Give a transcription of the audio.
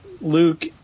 Luke